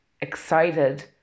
excited